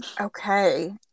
Okay